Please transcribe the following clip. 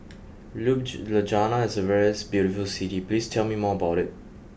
Ljubljana is a very beautiful city please tell me more about it